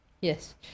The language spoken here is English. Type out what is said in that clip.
Yes